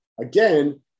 Again